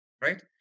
right